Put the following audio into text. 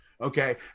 Okay